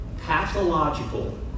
Pathological